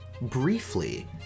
briefly